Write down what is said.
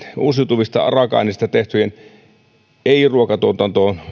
uusiutuvien raaka aineiden ei ruokatuotannosta